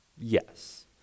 Yes